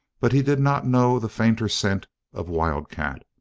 but he did not know the fainter scent of wildcat.